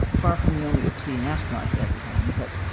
far from the only upset and asteroid had ever done. but,